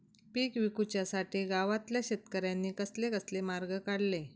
पीक विकुच्यासाठी गावातल्या शेतकऱ्यांनी कसले कसले मार्ग काढले?